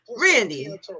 Randy